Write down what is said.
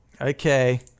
Okay